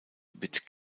wird